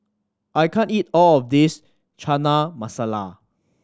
I can't eat all of this Chana Masala